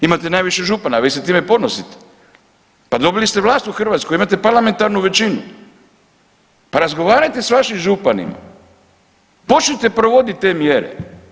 Imate najviše župana, vi se time ponosite, pa dobili ste vlast u Hrvatskoj, imate parlamentarnu većinu, pa razgovarajte s vašim županima, počnite provodit te mjere.